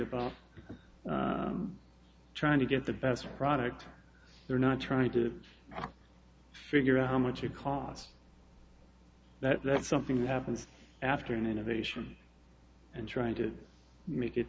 about trying to get the better product they're not trying to figure out how much it costs that something happens after an innovation and trying to make it